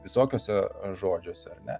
visokiuose žodžiuose ar ne